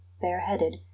bareheaded